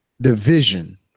division